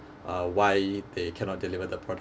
uh why they cannot deliver the product